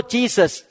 Jesus